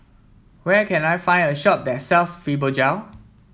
where can I find a shop that sells Fibogel